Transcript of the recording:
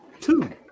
two –